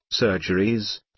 surgeries